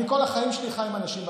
כל החיים שלי אני חי עם אנשים בקצה,